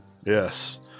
Yes